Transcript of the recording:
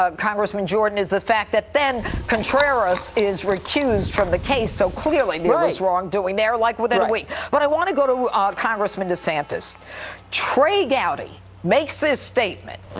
ah congressman jordan is the fact that then contreras is recused from the case, so clearly there was wrong doing there like within a week. but i want to go to ah congressman desantis trey gowdy, makes this statement,